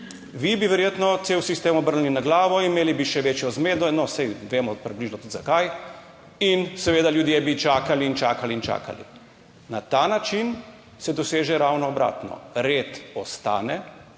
vi bi verjetno cel sistem obrnili na glavo, imeli bi še večjo zmedo, no, saj vemo približno tudi zakaj, in seveda, ljudje bi čakali in čakali in čakali. Na ta način se doseže ravno obratno. Red ostane